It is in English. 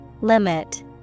Limit